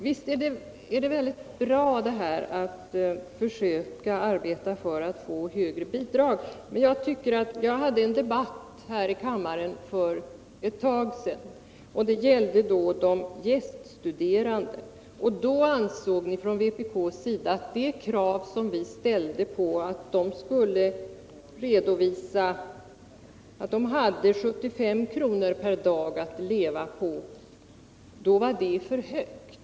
Visst är det väldigt bra, Karl Hallgren, att försöka arbeta för att få högre bidrag. Men vi hade en debatt här i kammaren för ett tag sedan som gällde de gäststuderande. Vårt förslag innebar då att de gäststuderande skulle kunna redovisa att de hade 75 kr. per dag att leva på. Det tyckte ni från vpk:s sida var ett för högt belopp.